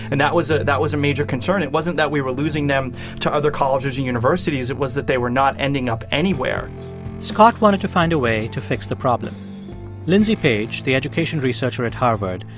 and that was ah that was a major concern. it wasn't that we were losing them to other colleges or universities, it was that they were not ending up anywhere scott wanted to find a way to fix the problem lindsay page, the education researcher at harvard,